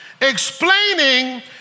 explaining